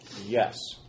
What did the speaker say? Yes